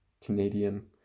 Canadian